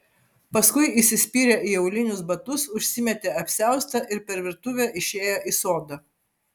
paskui įsispyrė į aulinius batus užsimetė apsiaustą ir per virtuvę išėjo į sodą